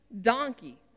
donkey